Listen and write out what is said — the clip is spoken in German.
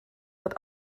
wird